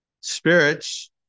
spirits